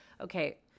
okay